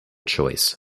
choice